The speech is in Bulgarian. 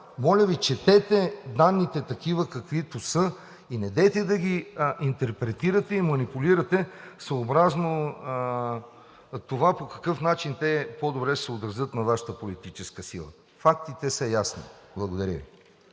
моля Ви, четете данните такива, каквито са, и недейте да ги интерпретирате и манипулирате съобразно това по какъв начин те по-добре ще се отразят на Вашата политическа сила. Фактите са ясни. Благодаря Ви.